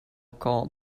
call